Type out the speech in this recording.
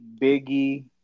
Biggie